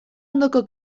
ondoko